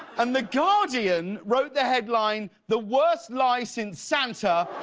um the guardian wrote the headline, the worst lie since santa.